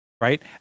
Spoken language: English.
right